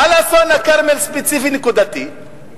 על אסון הכרמל, ספציפי, נקודתי.